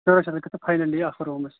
شُراہ شیٚتھ گَژھِ ژےٚ فاینَلی اَکھ روٗم حظ